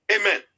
Amen